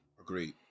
Agreed